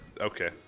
Okay